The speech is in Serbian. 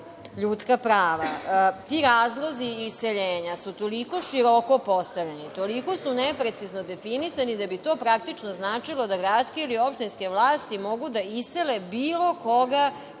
ljudska prava. Ti razlozi iseljenja su toliko široko postavljena, toliko su neprecizno definisani da bi to praktično značilo da gradske ili opštinske vlasti mogu da isele bilo koga